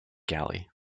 galley